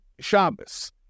Shabbos